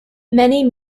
many